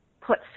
Put